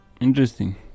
Interesting